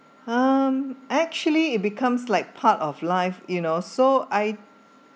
um actually it becomes like part of life you know so I